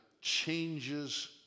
changes